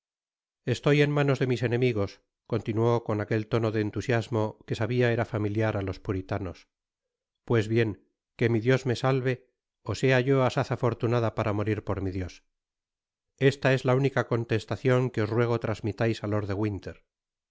estoy en manos de mis enemigos continuó con aquel tono de entusiasmo que sabia era familiar á los puritanos pues bien que mi dios me salve ó sea yo asaz afortunada para morir por mi dios esta es la única contestacion que os ruego transmitais á lord de winter